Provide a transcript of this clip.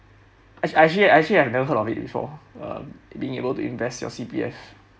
actually I actually I never heard of it before uh being able to invest your C_P_F